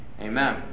amen